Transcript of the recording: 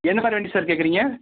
என்ன மாதிரி வண்டி சார் கேட்கறீங்க